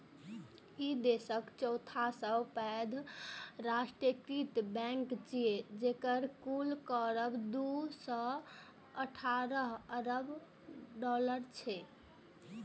ई देशक चौथा सबसं पैघ राष्ट्रीयकृत बैंक छियै, जेकर कुल कारोबार दू सय अठारह अरब डॉलर छै